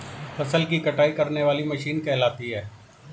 फसल की कटाई करने वाली मशीन कहलाती है?